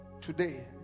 today